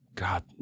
God